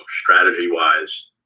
strategy-wise